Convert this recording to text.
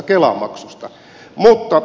mutta tämä on tätä